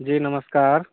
जी नमस्कार